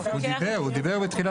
הוא דיבר בהתחלה.